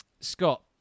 scott